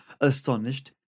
astonished